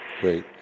Great